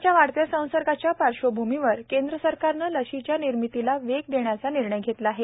कोरोनाच्या वाढत्या संसर्गाच्या पार्श्वभूमीवर केंद्र सरकारनं लसीच्या निर्मितीला वेग देण्याचा निर्णय घेतला आहे